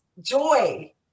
joy